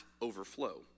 overflow